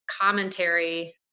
commentary